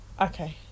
okay